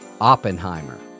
Oppenheimer